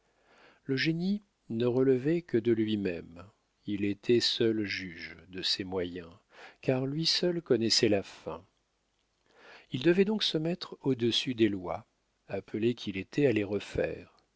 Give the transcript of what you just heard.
le génie ne relevait que de lui-même il était seul juge de ses moyens car lui seul connaissait la fin il devait donc se mettre au-dessus des lois appelé qu'il était à les refaire